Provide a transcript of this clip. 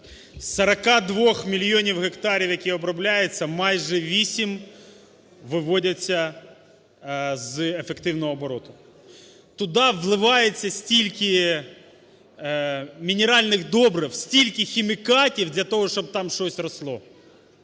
42 мільйонів гектарів, які обробляються, майже 8 виводяться з ефективного обороту. Туди вливається стільки мінеральних добрив, стільки хімікатів для того, щоб там щось росло.